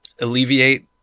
alleviate